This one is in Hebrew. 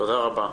תודה רבה.